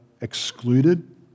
excluded